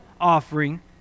offering